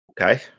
Okay